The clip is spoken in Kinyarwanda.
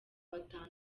batanu